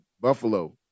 Buffalo